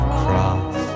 cross